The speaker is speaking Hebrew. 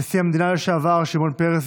נשיא המדינה לשעבר שמעון פרס,